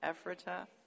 Ephrata